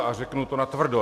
A řeknu to natvrdo.